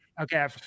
Okay